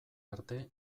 arte